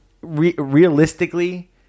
realistically